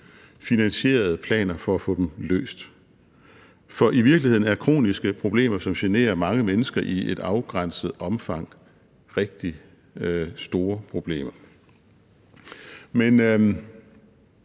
finansierede planer for at få dem løst. For i virkeligheden er kroniske problemer, som generer mange mennesker i et afgrænset omfang, rigtig store problemer. Men